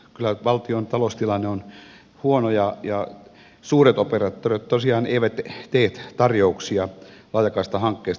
kyllä valtion taloustilanne on huono ja suuret operaattorit tosiaan eivät tee tarjouksia laajakaistahankkeista